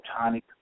photonic